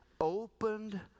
opened